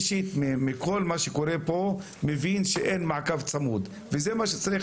מכול מה שקורה פה אני מבין שאין מעקב צמוד וזה מה שצריך